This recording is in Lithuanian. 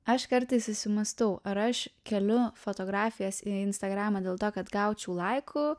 aš kartais susimąstau ar aš keliu fotografijas instagramą dėl to kad gaučiau laikų